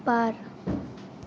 बार